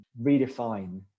redefine